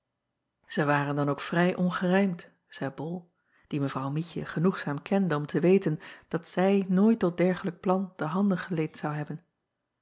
ij waren dan ook vrij ongerijmd zeî ol die evrouw ietje genoegzaam kende om te weten dat zij nooit tot dergelijk plan de handen geleend zou hebben